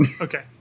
Okay